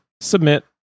Submit